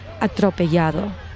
atropellado